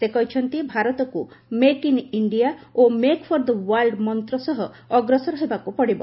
ସେ କହିଛନ୍ତି ଭାରତକୁ ମେକ୍ ଇନ୍ ଇଣ୍ଡିଆ ଓ ମେକ୍ ଫର ଦ ୱାର୍ଲଡ ମନ୍ତ୍ର ସହ ଅଗ୍ରସର ହେବାକୁ ପଡ଼ିବ